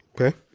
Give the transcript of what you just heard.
Okay